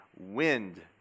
wind